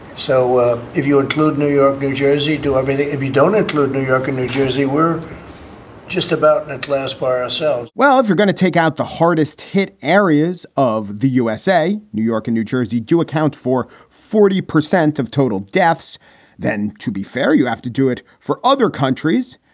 so ah if you include new york and jersey, do everything. if you don't include new york and new jersey, we're just about and and class by ourselves well, if you're gonna take out the hardest hit areas of the usa, new york and new jersey, you account for forty percent of total deaths then. to be fair, you have to do it for other countries.